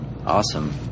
Awesome